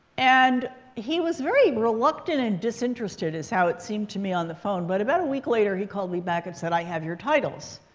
and he was very reluctant and disinterested is how it seemed to me on the phone. but about a week later, he called me back and said, i have your titles.